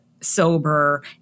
sober